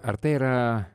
ar tai yra